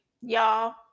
y'all